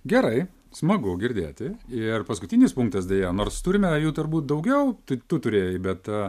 gerai smagu girdėti ir paskutinis punktas deja nors turime jų turbūt daugiau tai tu turėjai bet